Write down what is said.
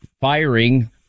firing